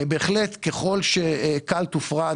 בהחלט ככל ש-כאן תופרד,